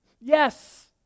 Yes